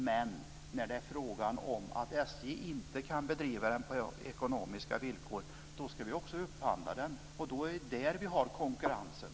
Men när SJ inte kan bedriva trafik på grund av ekonomiska villkor ska vi också upphandla den. Det är där vi har konkurrensen.